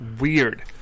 weird